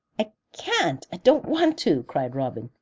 i can't i don't want to, cried robin.